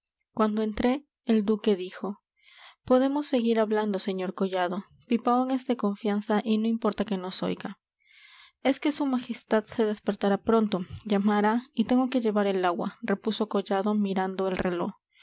cuando entré el duque dijo podemos seguir hablando sr collado pipaón es de confianza y no importa que nos oiga es que su majestad se despertará pronto llamará y tengo que llevar el agua repuso collado mirando el reló